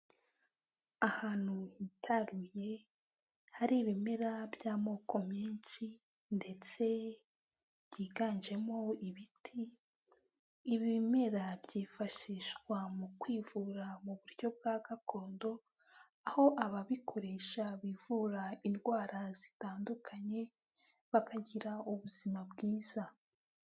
Ahantu hitaruye hari ibimera by'amoko menshi, ndetse byiganjemo ibiti, ibi bimera byifashishwa mu kwivura mu buryo bwa gakondo aho ababikoresha bivura indwara zitandukanye bakagira ubuzima bwiza.